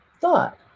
thought